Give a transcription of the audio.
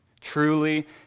truly